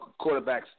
quarterbacks